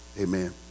Amen